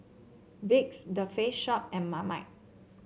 Vicks The Face Shop and Marmite